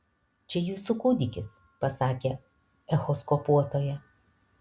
čia jūsų kūdikis pasakė echoskopuotoja